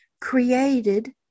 created